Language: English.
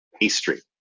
pastry